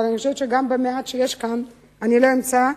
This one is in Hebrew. אבל אני חושבת שגם במעט שיש כאן אני לא אמצא,